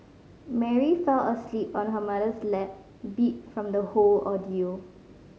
Mary fell asleep on her mother's lap beat from the whole ordeal